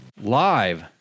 Live